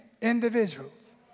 individuals